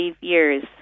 years